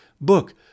book